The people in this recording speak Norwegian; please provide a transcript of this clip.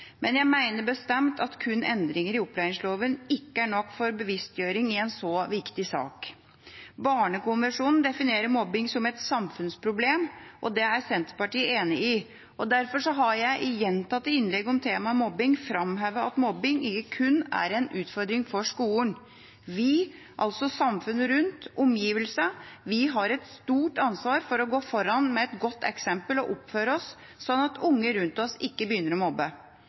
men jeg mener bestemt at endringer kun i opplæringslova ikke er nok for bevisstgjøring i en så viktig sak. Barnekonvensjonen definerer mobbing som et samfunnsproblem. Det er Senterpartiet enig i. Derfor har jeg i gjentatte innlegg om temaet mobbing framhevet at mobbing ikke kun er en utfordring for skolene. Vi – altså samfunnet rundt, omgivelsene – har et stort ansvar for å gå foran med et godt eksempel og oppføre oss slik at unge rundt oss ikke begynner å